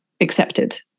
accepted